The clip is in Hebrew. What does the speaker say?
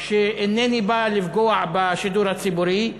שאינני בא לפגוע בשידור הציבורי,